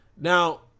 now